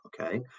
okay